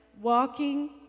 walking